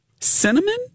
cinnamon